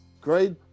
great